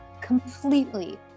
completely